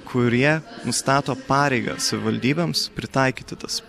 kurie nustato pareigą savivaldybėms pritaikyti tas